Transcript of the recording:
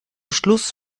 schluss